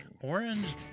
Orange